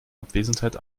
abwesenheit